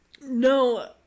No